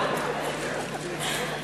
טרוריסטים.